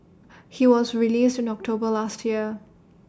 he was released in October last year